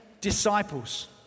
disciples